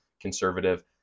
conservative